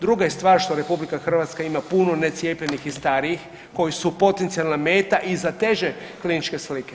Druga je stvar što Republika Hrvatska ima puno necijepljenih i starijih koji su potencijalna meta i za teže kliničke slike.